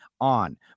on